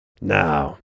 Now